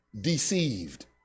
deceived